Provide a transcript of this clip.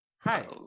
Hi